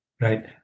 Right